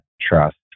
trust